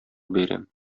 бәйрәм